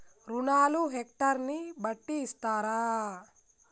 రుణాలు హెక్టర్ ని బట్టి ఇస్తారా?